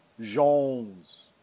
Jones